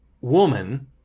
woman